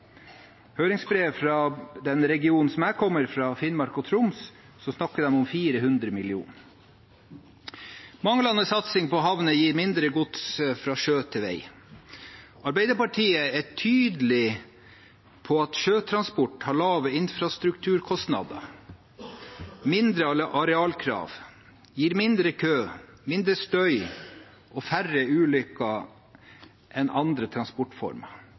høringsbrev fra den regionen jeg kommer fra, Finnmark og Troms, snakker man om 400 mill. kr. Manglende satsing på havner gir mindre gods fra vei til sjø. Arbeiderpartiet er tydelig på at sjøtransport har lave infrastrukturkostnader, mindre arealkrav, gir mindre kø, mindre støy og færre ulykker enn andre transportformer.